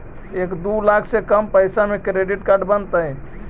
एक दू लाख से कम पैसा में क्रेडिट कार्ड बनतैय?